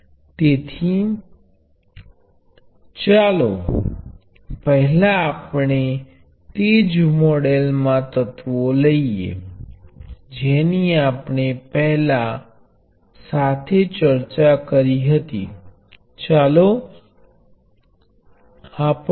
બીજા શબ્દોમાં કહીએ તો આ સંબંધ V X અને I વચ્ચેનો સંબંધ પણ કેટલાક કેપેસિટર જેવો લાગે છે અને આ પ્રમાણસરતા આપણી પાસે છે ઇન્ટિગ્રલ ની સામે અસરકારક કેપેસિટન્સ છે